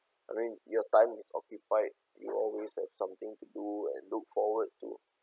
I mean your time is occupied you always have something to do and look forward to